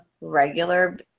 regular